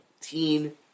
Teen